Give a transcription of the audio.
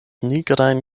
nigrajn